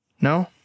No